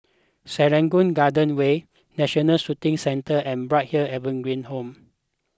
Serangoon Garden Way National Shooting Centre and Bright Hill Evergreen Home